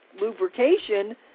lubrication